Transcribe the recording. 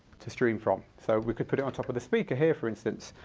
to stream from. so we could put it on top of the speaker here for instance,